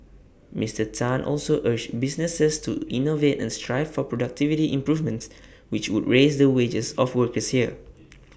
Mister Tan also urged businesses to innovate and strive for productivity improvements which would raise the wages of workers here